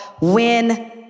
win